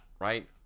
Right